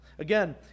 Again